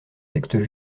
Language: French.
textes